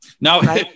Now